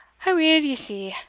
aweel, ye see,